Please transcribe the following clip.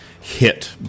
hit